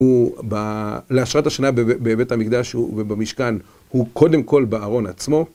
להשרת השנה בבית המקדש ובמשכן הוא קודם כל בארון עצמו.